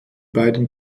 beiden